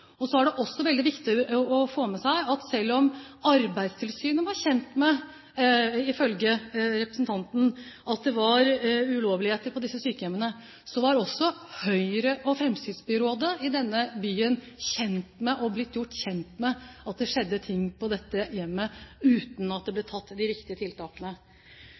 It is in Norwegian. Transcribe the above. er også veldig viktig å få med seg at selv om Arbeidstilsynet var kjent med – ifølge representanten – at det var ulovligheter på dette sykehjemmet, var også Høyre og Fremskrittsparti-byrådet i denne byen blitt gjort kjent med at det skjedde ting på det hjemmet, uten at det ble truffet de riktige tiltakene.